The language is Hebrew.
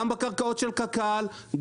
גם בקרקעות של קק"ל,